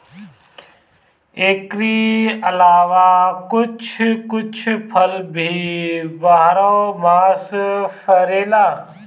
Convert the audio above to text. एकरी अलावा कुछ कुछ फल भी बारहो मास फरेला